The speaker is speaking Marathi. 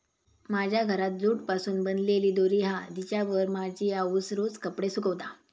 माझ्या घरात जूट पासून बनलेली दोरी हा जिच्यावर माझी आउस रोज कपडे सुकवता